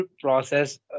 process